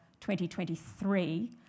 2023